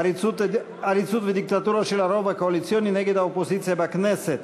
עריצות ודיקטטורה של הרוב הקואליציוני נגד האופוזיציה בכנסת.